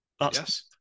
Yes